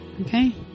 Okay